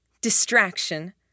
Distraction